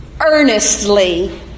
earnestly